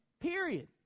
Period